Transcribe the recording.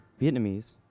Vietnamese